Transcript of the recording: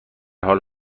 حال